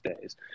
days